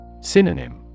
Synonym